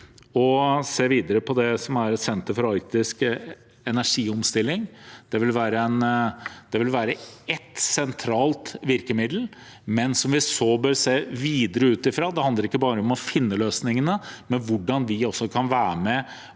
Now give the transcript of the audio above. å se videre på et senter for arktisk energiomstilling. Det vil være et sentralt virkemiddel, som vi så bør se videre ut ifra. Det handler ikke bare om å finne løsningene, men om hvordan vi kan være med,